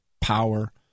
power